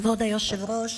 כבוד היושב-ראש,